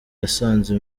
yasanze